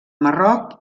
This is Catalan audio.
marroc